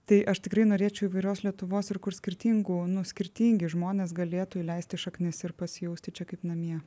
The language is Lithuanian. tai aš tikrai norėčiau įvairios lietuvos ir kur skirtingų nu skirtingi žmonės galėtų įleisti šaknis ir pasijausti čia kaip namie